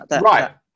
Right